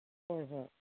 ꯍꯣꯏ ꯍꯣꯏ